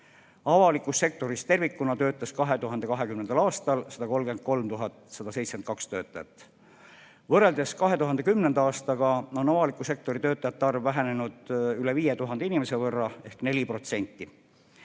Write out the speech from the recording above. Avalikus sektoris tervikuna töötas 2020. aastal 133 172 töötajat. Võrreldes 2010. aastaga on avaliku sektori töötajate arv vähenenud üle 5000 inimese võrra ehk 4%.